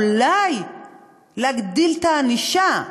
אולי להגדיל את הענישה.